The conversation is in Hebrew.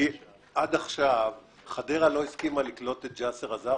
כי עד עכשיו חדרה לא הסכימה לקלוט את ג'סר אל-זרקא.